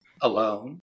alone